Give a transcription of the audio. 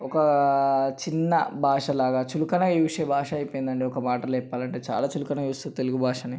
ఒక చిన్న భాషలాగా చులకనైన భాష అయిపోయిందండి ఒక మాటలో చెప్పాలంటే చాలా చులకన చూస్తుండ్రు తెలుగు భాషని